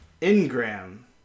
Ingram